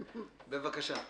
בבקשה.